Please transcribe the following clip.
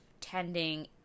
tending